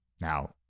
Now